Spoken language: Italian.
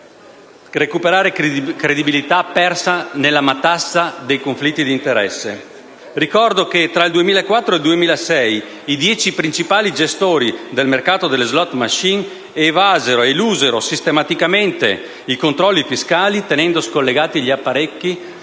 recuperare la credibilità persa nella matassa dei conflitti di interesse. Ricordo che tra il 2004 e il 2006 i dieci principali gestori del mercato delle *slot machine* evasero ed elusero sistematicamente i controlli fiscali tenendo scollegati gli apparecchi